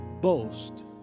boast